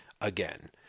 again